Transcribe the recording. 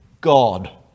God